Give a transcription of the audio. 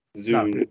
Zoom